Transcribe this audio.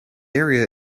area